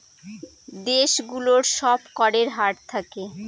দেশ গুলোর সব করের হার থাকে